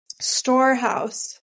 storehouse